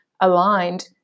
aligned